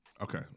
Okay